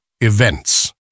Events